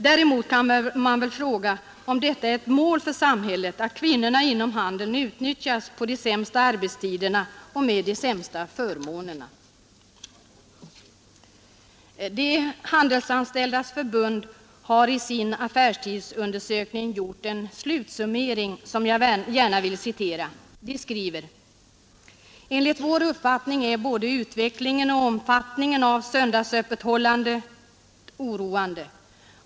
Däremot kan man väl fråga, om det är ett mål för samhället att kvinnorna inom handeln utnyttjas på de sämsta arbetstiderna och med de sämsta förmånerna, De handelsanställdas förbund har i sin affärstidsundersökning gjort en slutsummering, som jag gärna vill citera ur. Man skriver: ”Enligt vår uppfattning är både utvecklingen och omfattningen av söndagsöppethållandet oroande.